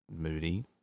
moody